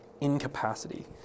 incapacity